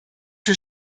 für